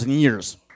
years